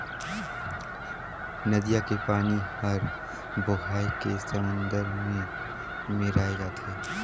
नदिया के पानी हर बोहाए के समुन्दर में मेराय जाथे